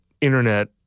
internet